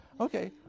okay